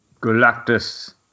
Galactus